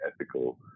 ethical